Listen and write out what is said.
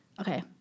okay